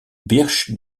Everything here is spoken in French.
birch